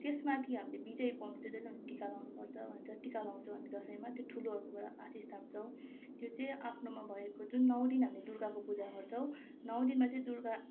त्यसमाथि हामीले विजय पाउनु चाहिँ जहिले पनि टिका लगाउनुपर्छ भन्छ टिका लगाउँछौँ हामी दसैँमा त्यो ठुलोहरूकोबाट आशीष थाप्छौँ त्यो चाहिँ आफ्नोमा भएको जुन नौ दिन हामी दुर्गाको पूजा गर्छौँ नौ दिनमा चाहिँ दुर्गा